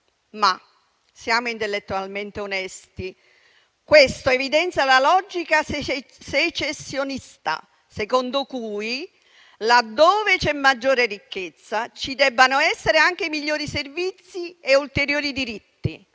Siamo intellettualmente onesti, però: questo evidenzia la logica secessionista secondo cui, laddove c'è maggiore ricchezza, ci devono essere anche migliori servizi e ulteriori diritti.